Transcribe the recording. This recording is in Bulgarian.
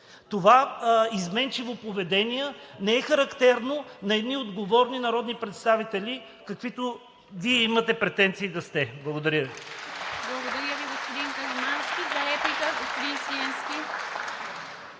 Това изменчиво поведение не е характерно за отговорни народни представители, каквито Вие имате претенции да сте. Благодаря Ви.